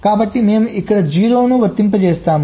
కాబట్టి మేము ఇక్కడ 0 ను వర్తింపజేస్తాము